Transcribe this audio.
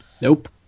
Nope